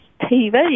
TV